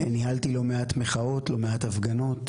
ניהלתי לא מעט מחאות, לא מעט הפגנות.